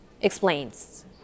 explains